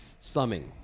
Summing